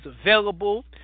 available